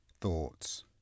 thoughts